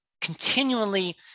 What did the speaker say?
continually